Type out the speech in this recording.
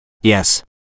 Yes